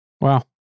wow